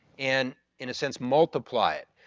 and in a sense multiply it.